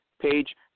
page